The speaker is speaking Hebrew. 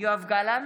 יואב גלנט,